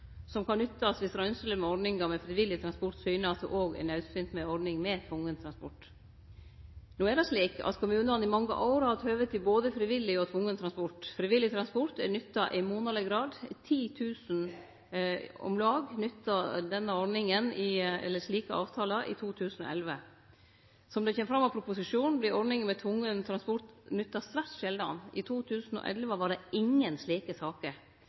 som kan nyttast dersom røynslene med ordninga med frivillig transport syner at det òg er naudsynt med ei ordning med tvungen transport. No er det slik at kommunane i mange år har hatt høve til både frivillig og tvungen transport. Frivillig transport er nytta i monaleg grad – om lag 10 000 nytta denne ordninga eller slike avtalar i 2011. Som det kjem fram av proposisjonen, vert ordninga med tvungen transport nytta svært sjeldan – i 2011 var det ingen slike saker.